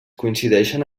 coincideixen